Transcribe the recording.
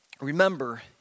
Remember